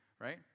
Right